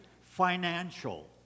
financial